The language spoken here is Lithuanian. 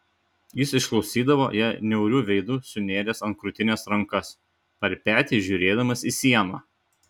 jis išklausydavo ją niauriu veidu sunėręs ant krūtinės rankas per petį žiūrėdamas į sieną